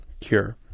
cure